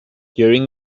during